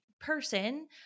person